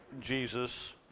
Jesus